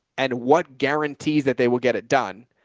and what guarantees that they will get it done?